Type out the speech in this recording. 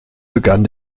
begann